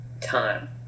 time